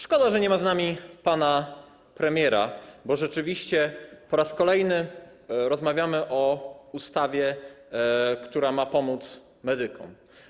Szkoda, że nie ma z nami pana premiera, bo rzeczywiście po raz kolejny rozmawiamy o ustawie, która ma pomóc medykom.